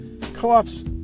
Co-ops